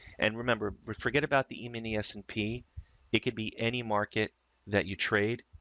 and remember forget about the e-mini s and p it could be any market that you trade.